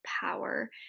power